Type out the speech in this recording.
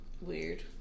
Weird